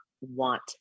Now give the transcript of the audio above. want